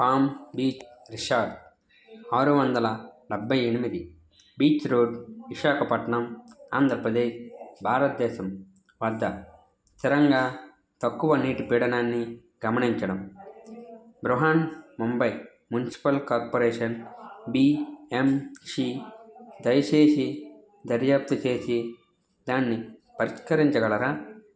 palm beach resort ఆరు వందల డెబ్భై ఎనిమిది బీచ్ రోడ్ విశాఖపట్నం ఆంధ్రప్రదేశ్ భారతదేశం వద్ద స్థిరంగా తక్కువ నీటి పీడనాన్ని గమనించడం Brihan Mumbai municipal corporation B M C దయచేసి దర్యాప్తు చేసి దాన్ని పరిష్కరించగలరా